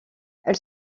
elle